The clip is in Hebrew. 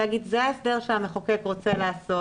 להגיד שזה ההסדר שהמחוקק רוצה לעשות.